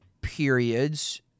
periods